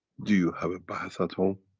do you have a bath at home?